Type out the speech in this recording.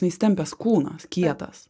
įsitempęs kūnas kietas